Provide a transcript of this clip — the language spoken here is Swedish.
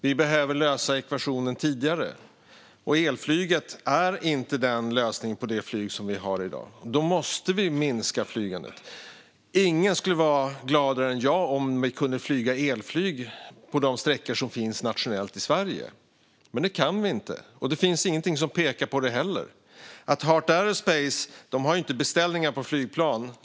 Vi behöver lösa ekvationen tidigare, och elflyget är inte lösningen för det flyg vi har i dag. Vi måste minska flygandet. Ingen skulle vara gladare än jag om vi kunde flyga med elflyg på de nationella sträckor som finns i Sverige. Men det kan vi inte, och det finns inte heller någonting som pekar på att det kan bli så. Heart Aerospace har inga beställningar på flygplan.